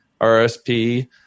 RSP